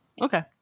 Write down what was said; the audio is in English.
Okay